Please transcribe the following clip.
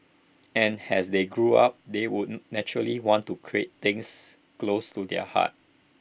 and has they grew up they would naturally want to create things close to their heart